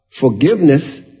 forgiveness